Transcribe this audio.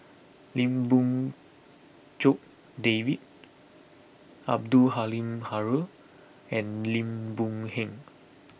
Lim Fong Jock David Abdul Halim Haron and Lim Boon Heng